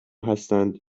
هستند